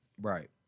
Right